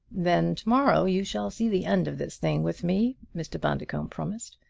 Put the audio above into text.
then to-morrow you shall see the end of this thing with me, mr. bundercombe promised.